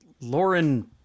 Lauren